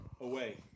Away